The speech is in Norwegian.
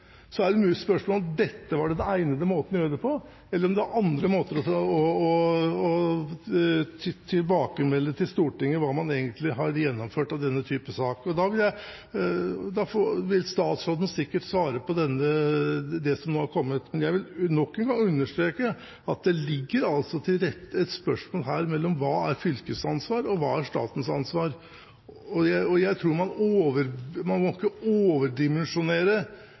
Så er spørsmålet om dette var den egnede måten å gjøre det på, eller om det er andre måter å melde tilbake til Stortinget om hva man egentlig har gjennomført i denne typen sak. Statsråden vil sikkert svare på det som nå har kommet. Jeg vil nok en gang understreke at det ligger et spørsmål her om hva som er fylkets ansvar, og hva som er statens ansvar. Jeg tror ikke man må overdimensjonere denne saken, som egentlig gjelder en liten del av transporten, og